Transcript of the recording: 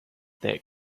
that